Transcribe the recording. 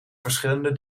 verschillende